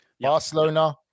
Barcelona